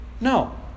No